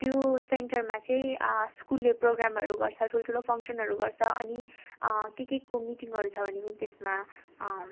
त्यो सेन्टरमा चाहिँ स्कुलले प्रोगामहरू गर्छ ठुल्ठुलो फङ्सनहरू गर्छ अनि के के को मिटिङहरू छ भने पनि त्यसमा